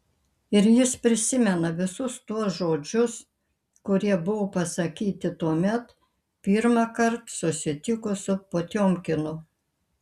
ir jis prisimena visus tuos žodžius kurie buvo pasakyti tuomet pirmąkart susitikus su potiomkinu